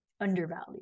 undervalued